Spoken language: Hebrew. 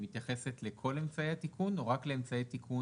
מתייחסת לכל אמצעי התיקון או רק לאמצעי תיקון